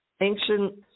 ancient